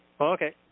Okay